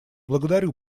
благодарю